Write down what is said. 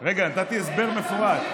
רגע, נתתי הסבר מפורט.